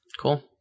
Cool